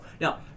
Now